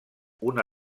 una